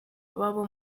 babo